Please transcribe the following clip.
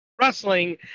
wrestling